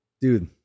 dude